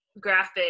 graphic